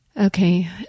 okay